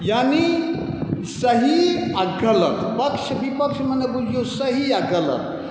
यानी सही आओर गलत पक्ष विपक्ष माने बुझिऔ सही आओर गलत